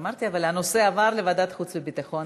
הנושא עבר לוועדת החוץ והביטחון